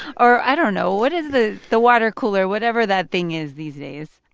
or, i don't know, what is the the water cooler, whatever that thing is these days.